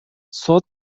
сот